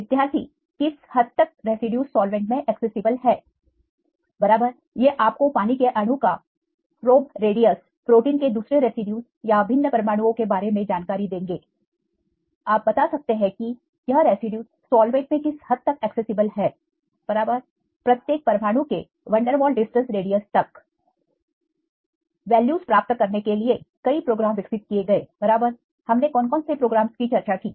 विद्यार्थी किस हद तक रेसिड्यूज सॉल्वेंट में एक्सेसिबल है बराबर ये आपको पानी के अणु का प्रोबरेडीयस प्रोटीन के दूसरे रेसिड्यूज या भिन्न परमाणुओ के बारे में जानकारी देंगे आप बता सकते हैं कि यह रेसिड्यूज सॉल्वेनट में किस हद तक एक्सेसिबल है बराबर प्रत्येक परमाणु के वंडरवॉल डिस्टेंस रेडियस तक वैल्यूज प्राप्त करने के लिए कई प्रोग्राम विकसित किए गए बराबर हमने कौन कौन से प्रोग्राम की चर्चा की